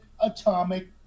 atomic